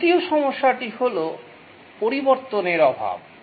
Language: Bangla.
দ্বিতীয় সমস্যাটি হল পরিবর্তনের প্রভাব